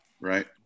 Right